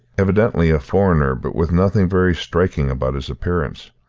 evidently a foreigner, but with nothing very striking about his appearance.